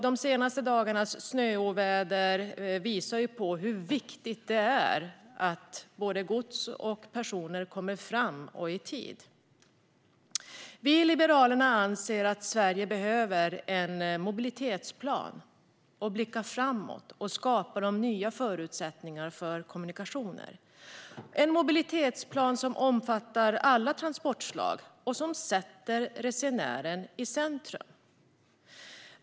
De senaste dagarnas snöoväder visar hur viktigt det är att både gods och personer kommer fram och det i tid. Liberalerna anser att Sverige behöver en mobilitetsplan där man kan blicka framåt och skapa nya förutsättningar för kommunikationer. Det ska vara en mobilitetsplan som omfattar alla transportslag och som sätter resenären i centrum.